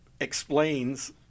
explains